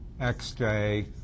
XJ